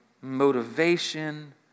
motivation